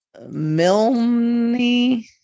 Milny